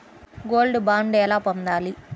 Gold bond ఎలా పొందాలి?